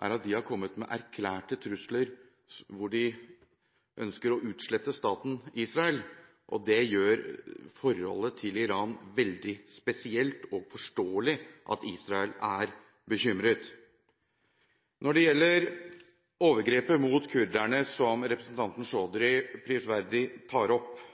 er at de har kommet med erklærte trusler og ønsker om å utslette staten Israel. Det gjør forholdet til Iran veldig spesielt, og det er forståelig at Israel er bekymret. Når det gjelder overgrepet mot kurderne, som representanten Chaudhry prisverdig tar opp,